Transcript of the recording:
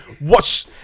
Watch